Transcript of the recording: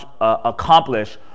accomplish